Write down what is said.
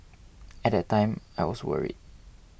at that time I was worried